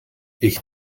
ich